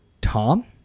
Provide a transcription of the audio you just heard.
Tom